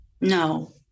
No